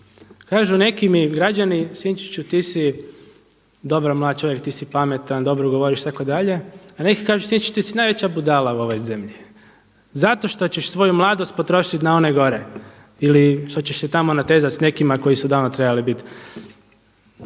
Kažu neki mi građani Sinčiću ti si dobar mlad čovjek, ti si pametan, dobro govoriš itd. a neki kažu Sinčić ti si najveća budala u ovoj zemlji zato što ćeš svoju mladost potrošiti na one gore ili što ćeš se tamo natezati s nekima koji su odavno trebali biti.